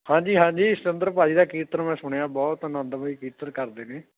ਹਾਂ ਜੀ ਹਾਂ ਜੀ ਸਤਿੰਦਰ ਭਾਜੀ ਦਾ ਕੀਰਤਨ ਮੈਂ ਸੁਣਿਆ ਬਹੁਤ ਆਨੰਦਮਈ ਕੀਰਤਨ ਕਰਦੇ ਨੇ